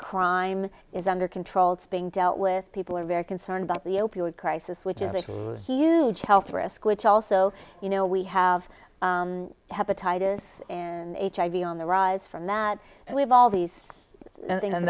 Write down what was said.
crime is under control it's being dealt with people are very concerned about the opioid crisis which is a huge health risk which also you know we have hepatitis and hiv on the rise from that we have all these things and